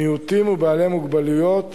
מיעוטים ובעלי מוגבלויות,